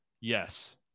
Yes